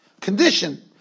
condition